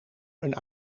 een